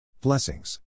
Blessings